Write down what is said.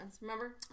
Remember